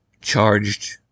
Charged